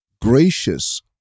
gracious